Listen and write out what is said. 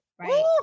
right